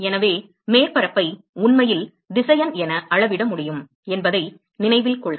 எனவே மேற்பரப்பை உண்மையில் திசையன் என அளவிட முடியும் என்பதை நினைவில் கொள்க